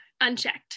unchecked